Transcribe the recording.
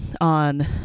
on